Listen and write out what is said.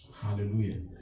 Hallelujah